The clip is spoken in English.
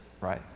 Right